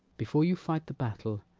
before you fight the battle,